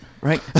right